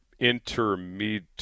intermediate